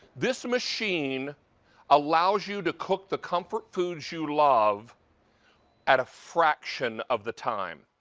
this machine allows you to cook the comfort foods you love at a fraction of the time.